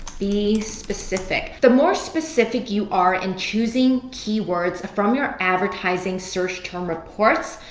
be specific. the more specific you are in choosing keywords from your advertising search term reports,